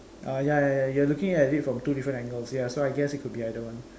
oh ya ya ya you're looking at it from two different angles ya so I guess it could be either one